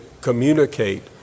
communicate